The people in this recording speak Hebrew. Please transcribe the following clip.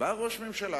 בא ראש ממשלה